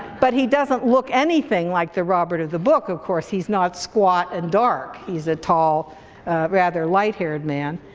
but he doesn't look anything like the robert of the book of course. he's not squat and dark, he's a tall rather light-haired man.